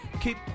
keep